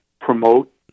promote